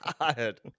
God